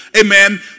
amen